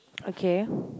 okay